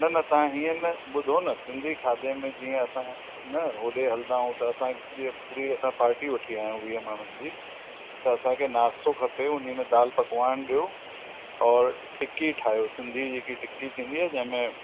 न न तव्हां हीअं न ॿुधो न सिंधी खाधे में जीअं न होॾे हलंदा आहियूं त असांजे पूरी असां पर्टी वठी आया आहियूं वीह माण्हुनि जी त असांखे नास्तो खपे उने में दाल पकवान ॾियो और टिक्की ठाहियो सिंधी जेकी टिक्की थींदी आहे जंहिं में